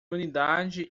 unidade